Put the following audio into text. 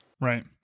right